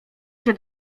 się